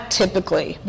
typically